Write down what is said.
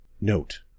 Note